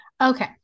okay